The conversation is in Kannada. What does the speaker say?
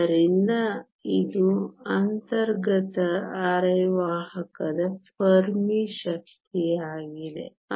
ಆದ್ದರಿಂದ ಇದು ಅಂತರ್ಗತ ಅರೆವಾಹಕದ ಫರ್ಮಿ ಶಕ್ತಿಯಾಗಿದೆ